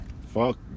fuck